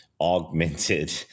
augmented